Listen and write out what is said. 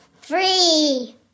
Three